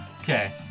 Okay